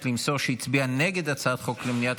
למסור שהצביעה נגד הצעת החוק של חבר הכנסת אליהו רביבו למניעת